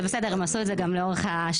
זה בסדר, הם עשו את זה גם לאורך השנים.